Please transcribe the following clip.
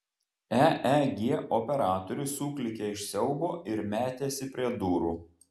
eeg operatorius suklykė iš siaubo ir metėsi prie durų